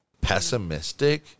pessimistic